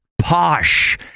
posh